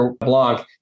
Blanc